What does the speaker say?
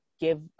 give